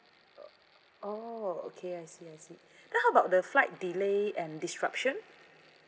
oh okay I see I see then how about the flight delay and disruption